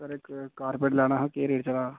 sir इक carpet लैना हा केह् रेट चला दा